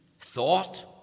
thought